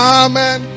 amen